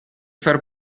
far